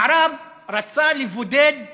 המערב רצה לבודד